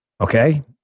Okay